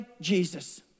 Jesus